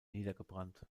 niedergebrannt